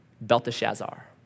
Belteshazzar